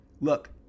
look